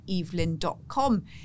evelyn.com